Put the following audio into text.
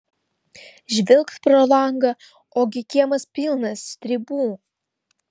žvilgt pro langą ogi kiemas pilnas stribų